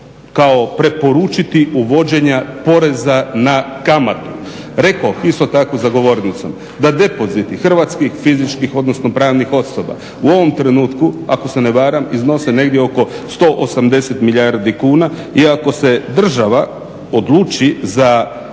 kao preporučiti uvođenja poreza na kamatu. Rekoh isto tako za govornicom da depoziti hrvatskih fizičkih, odnosno pravnih osoba u ovom trenutku, ako se ne varam, iznose negdje oko 180 milijardi kuna. I ako se država odluči za namaknuti